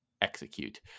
execute